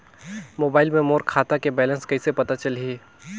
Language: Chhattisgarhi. मोबाइल मे मोर खाता के बैलेंस कइसे पता चलही?